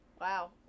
Wow